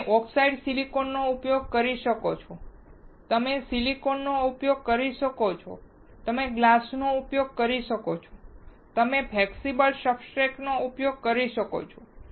તમે oxidised silicon નો ઉપયોગ કરી શકો છો તમે સિલિકોન નો ઉપયોગ કરી શકો છો તમે ગ્લાસ નો ઉપયોગ કરી શકો છો તમે ફ્લેક્સિબલ સબસ્ટ્રેટ નો ઉપયોગ કરી શકો છો